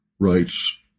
writes